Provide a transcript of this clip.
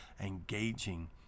engaging